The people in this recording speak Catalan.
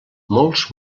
molts